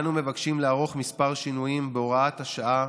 אנו מבקשים לערוך כמה שינויים, בהוראת שעה,